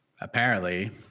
apparently-